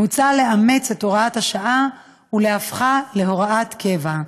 מוצע לאמץ את הוראת השעה ולהופכה להוראת קבע.